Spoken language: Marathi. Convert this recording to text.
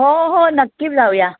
हो हो नक्कीच जाऊया